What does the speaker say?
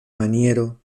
maniero